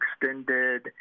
extended